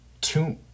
two